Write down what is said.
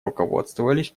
руководствовались